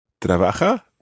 Trabaja